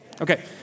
Okay